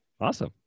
Awesome